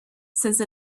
since